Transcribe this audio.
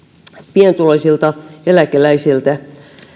pienituloisilta eläkeläisiltä